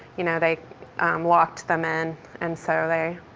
you know, they um locked them in and so they,